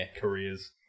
careers